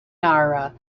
nara